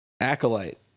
Acolyte